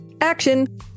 action